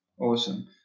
awesome